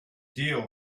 deal